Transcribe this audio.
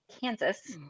Kansas